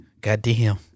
Goddamn